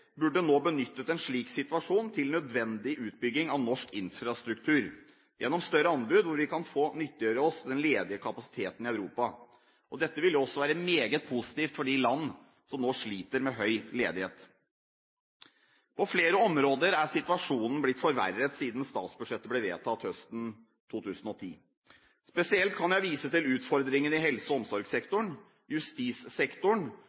burde nå benyttet en slik situasjon til nødvendig utbygging av norsk infrastruktur gjennom større anbud, hvor vi kan nyttiggjøre oss den ledige kapasiteten i Europa. Dette vil også være meget positivt for de landene som nå sliter med høy ledighet. På flere områder er situasjonen blitt forverret siden statsbudsjettet ble vedtatt høsten 2010. Spesielt kan jeg vise til utfordringene i helse- og